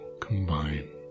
combine